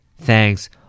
Thanks